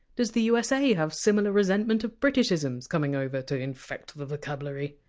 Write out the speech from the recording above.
does the usa have similar resentment of britishisms coming over to infect the vocabulary?